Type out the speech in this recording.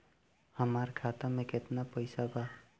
हमार खाता में केतना पैसा बा?